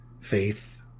Faith